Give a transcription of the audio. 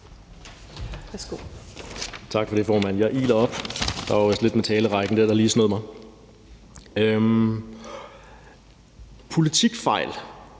Politikfejl